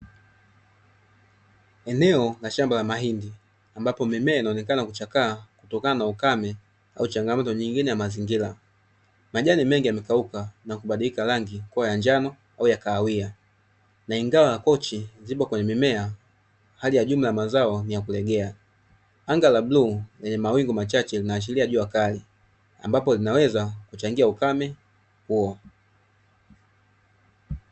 Eneo la shamba la mahindi ambapo mimea inaonekana kuchakaa kutokana na ukame au changamoto nyingine ya mazingira. Majani mengi yamekauka na kubadilika rangi kuwa ya njano au ya kahawia. Na ingawa pochi zipo kwenye mimea, hali ya jumla ya mazao ni ya kulegea. Anga la bluu lenye mawingu machache linaashiria jua kali ambapo linaweza kuchangia ukame huo.